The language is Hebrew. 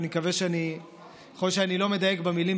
יכול להיות שאני לא מדייק במילים: